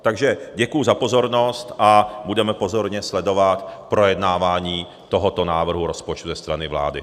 Takže děkuji za pozornost a budeme pozorně sledovat projednávání tohoto návrhu rozpočtu ze strany vlády.